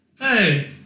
Hey